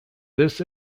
this